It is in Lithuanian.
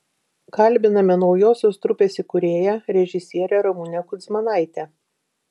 kalbiname naujosios trupės įkūrėją režisierę ramunę kudzmanaitę